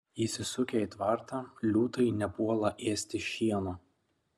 įsisukę į tvartą liūtai nepuola ėsti šieno